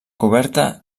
coberta